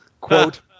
Quote